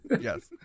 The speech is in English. Yes